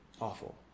awful